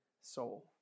soul